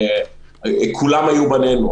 וכולם היו בנינו.